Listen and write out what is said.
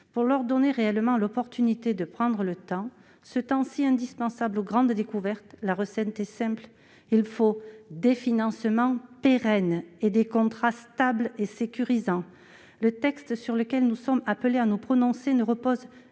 Pour leur donner réellement la possibilité de prendre le temps, ce temps si indispensable aux grandes découvertes, la recette est simple : il faut des financements pérennes et des contrats stables et sécurisants. Le texte sur lequel nous sommes appelés à nous prononcer ne repose